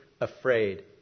afraid